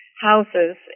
houses